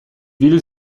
will